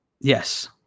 Yes